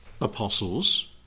apostles